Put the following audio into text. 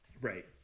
Right